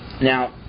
Now